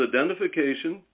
Identification